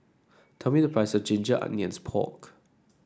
tell me the price Ginger Onions Pork